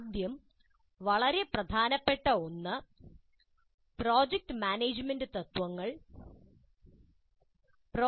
ആദ്യം വളരെ പ്രധാനപ്പെട്ട ഒന്ന് "പ്രോജക്ട് മാനേജുമെന്റ് തത്ത്വങ്ങൾ"